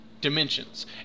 dimensions